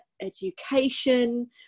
education